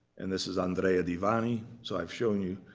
and this is andrea di vanni, so i've shown you.